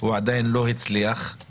הוא עדיין לא הצליח,